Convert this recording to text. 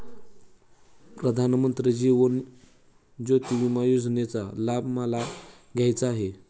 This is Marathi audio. प्रधानमंत्री जीवन ज्योती विमा योजनेचा लाभ मला घ्यायचा आहे